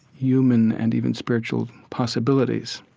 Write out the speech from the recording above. human and even spiritual possibilities.